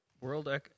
World